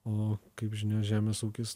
o kaip žinia žemės ūkis